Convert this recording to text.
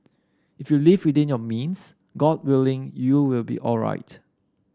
if you live within your means god willing you will be alright